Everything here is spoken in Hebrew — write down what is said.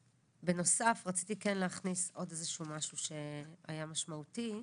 בנוסף רציתי כן להכניס עוד איזשהו משהו שהיה משמעותי.